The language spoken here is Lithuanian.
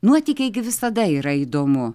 nuotykiai visada yra įdomu